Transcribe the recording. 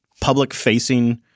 public-facing